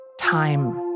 Time